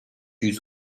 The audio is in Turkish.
yüz